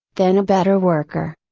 than a better worker.